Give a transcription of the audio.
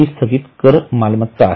हि स्थगित कर मालमत्ता आहे